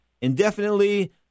indefinitely